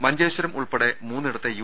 മഞ്ചേശ്വരം ഉൾപ്പെടെ മൂന്നിടത്തെ യു